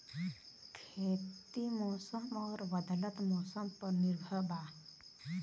खेती वर्षा और बदलत मौसम पर निर्भर बा